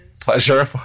Pleasure